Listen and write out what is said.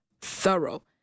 thorough